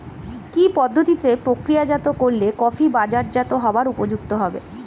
কি পদ্ধতিতে প্রক্রিয়াজাত করলে কফি বাজারজাত হবার উপযুক্ত হবে?